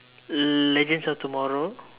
legends of tomorrow